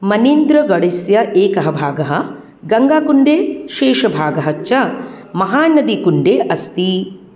मनिन्द्रगडस्य एकः भागः गङ्गाकुण्डे शेषभागः च महानदीकुण्डे अस्ति